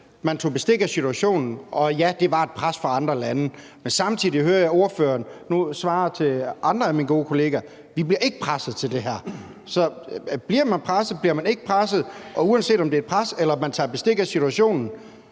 man tog bestik af situationen, og at ja, der var tale om et pres fra andre lande. Men samtidig hører jeg nu ordføreren svare andre af mine gode kollegaer: Vi bliver ikke presset til det her. Så bliver man presset, eller bliver man ikke presset? Og uanset om der er tale om et pres eller man tager bestik af situationen,